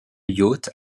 yacht